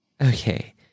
Okay